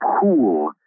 pool